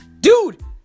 Dude